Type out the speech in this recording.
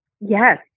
Yes